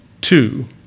Two